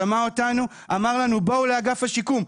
הוא שמע אותנו ואמר לנו: בואו לאגף השיקום.